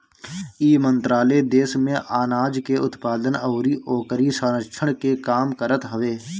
इ मंत्रालय देस में आनाज के उत्पादन अउरी ओकरी संरक्षण के काम करत हवे